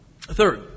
Third